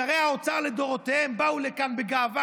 שרי האוצר לדורותיהם באו לכאן בגאווה